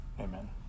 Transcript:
amen